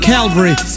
Calvary